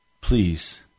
Please